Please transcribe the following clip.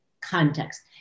context